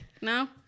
No